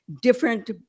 different